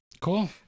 Cool